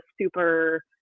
super